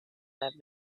have